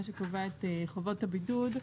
מה שקבע את חובות הבידוד,